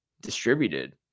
distributed